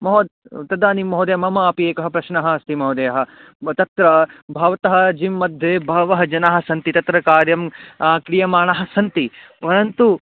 महो तदानीं महोदय मम अपि एकः प्रश्नः अस्ति महोदय ब तत्र भवतः जिम्मध्ये बहवः जनाः सन्ति तत्र कार्यं क्रियमाणः सन्ति परन्तु